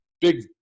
big